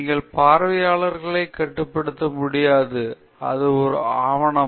நீங்கள் பார்வையாளர்களைக் கட்டுப்படுத்த முடியாது அது ஒரு ஆவணம்